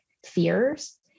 fears